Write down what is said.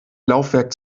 laufwerk